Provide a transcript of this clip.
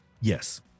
yes